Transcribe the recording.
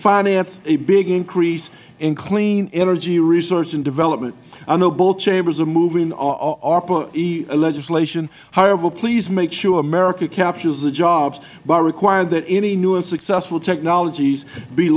finance a big increase in clean energy research and development i know both chambers are moving arpa e legislation however please make sure america captures the jobs by requiring that any new and successful technologies be